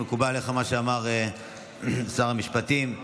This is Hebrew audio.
מקובל עליך מה שאמר שר המשפטים?